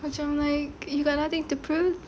macam like you got nothing to prove